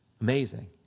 Amazing